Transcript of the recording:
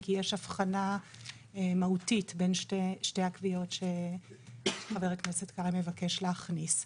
כי יש הבחנה מהותי בין שתי הקביעות שחבר הכנסת קרעי מבקש להכניס.